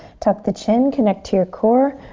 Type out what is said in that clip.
tuck the chin, connect to your core,